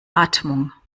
atmung